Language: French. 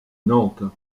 nantes